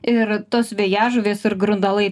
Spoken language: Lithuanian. ir tos vėjažuvės ir grundalai